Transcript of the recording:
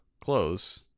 close